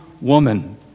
woman